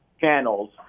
channels